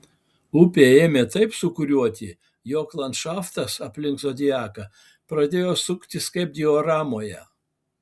upė ėmė taip sūkuriuoti jog landšaftas aplink zodiaką pradėjo suktis kaip dioramoje